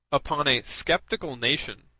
upon a sceptical nation,